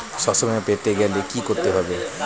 শষ্যবীমা পেতে গেলে কি করতে হবে?